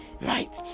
right